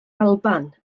alban